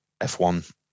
f1